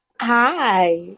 Hi